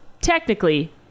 technically